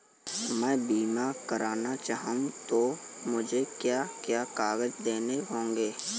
मैं बीमा करना चाहूं तो मुझे क्या क्या कागज़ देने होंगे?